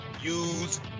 use